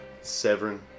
Severin